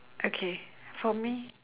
okay for me